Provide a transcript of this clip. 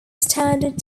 standard